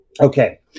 Okay